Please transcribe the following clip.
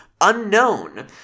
unknown